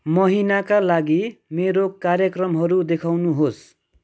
महिनाका लागि मेरो कार्यक्रमहरू देखाउनुहोस्